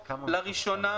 לראשונה,